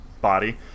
body